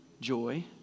joy